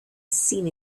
seen